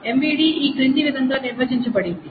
MVD క్రింది విధంగా నిర్వచించబడింది